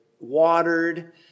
watered